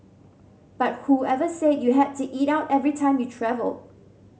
but whoever said you had to eat out every time you travel